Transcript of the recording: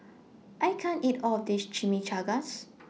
I can't eat All of This Chimichangas